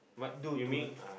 do to her